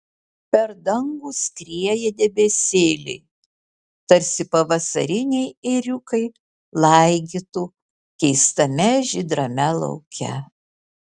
per dangų skrieja debesėliai tarsi pavasariniai ėriukai laigytų keistame žydrame lauke